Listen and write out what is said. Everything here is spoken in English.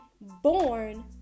born